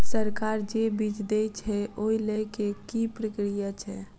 सरकार जे बीज देय छै ओ लय केँ की प्रक्रिया छै?